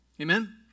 Amen